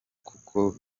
kuko